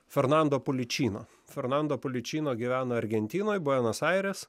fernando poličino fernando paličino gyvena argentinoj buenos aires